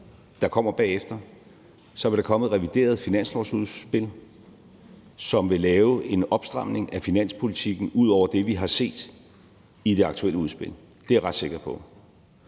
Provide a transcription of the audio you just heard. der kommer bagefter, vil der komme et revideret finanslovsudspil, som vil lave en opstramning af finanspolitikken ud over det, vi har set i det aktuelle udspil. Det er jeg ret sikker på,